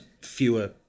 fewer